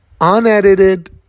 unedited